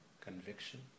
conviction